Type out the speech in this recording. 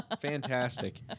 Fantastic